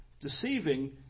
deceiving